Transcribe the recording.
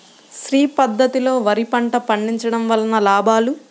శ్రీ పద్ధతిలో వరి పంట పండించడం వలన లాభాలు?